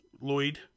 Lloyd